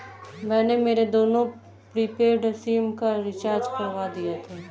मैंने मेरे दोनों प्रीपेड सिम का रिचार्ज करवा दिया था